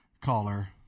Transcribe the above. caller